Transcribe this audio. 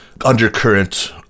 undercurrent